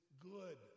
good